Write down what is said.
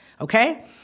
Okay